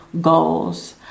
goals